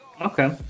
Okay